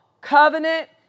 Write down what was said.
covenant